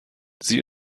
sie